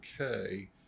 okay